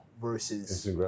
versus